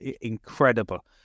incredible